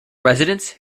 residents